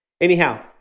Anyhow